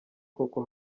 koko